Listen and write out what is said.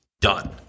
Done